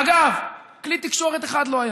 אגב, כלי תקשורת אחד לא היה.